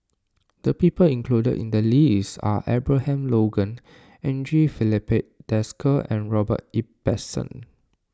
the people included in the list are Abraham Logan Andre Filipe Desker and Robert Ibbetson